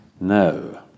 No